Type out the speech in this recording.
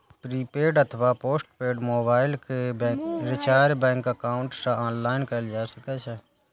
prepaid अथवा post paid mobile के recharge bank account सं ऑनलाइन कैल जा सकै छै